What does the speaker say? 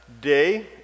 day